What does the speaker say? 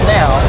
now